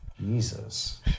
Jesus